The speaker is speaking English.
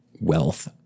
wealth